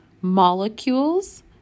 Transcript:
molecules